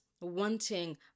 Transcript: wanting